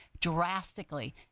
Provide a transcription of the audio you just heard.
drastically